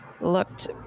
Looked